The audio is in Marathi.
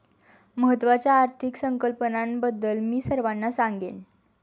महत्त्वाच्या आर्थिक संकल्पनांबद्दल मी सर्वांना सांगेन